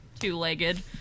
Two-legged